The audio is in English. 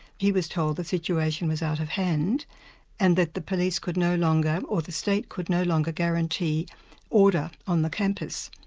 he was told the situation was out of hand and that the police could no longer, or the state could no longer guarantee order on the campus.